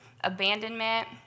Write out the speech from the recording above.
abandonment